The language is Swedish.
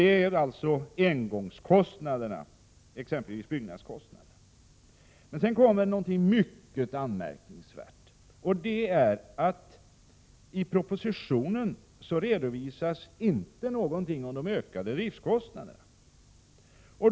Det är alltså engångskostnaderna, exempelvis byggnadskostnader. Men sedan kommer något mycket anmärkningsvärt, och det är att i propositionen redovisas inte någonting om de ökade driftskostnaderna.